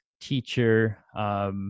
teacher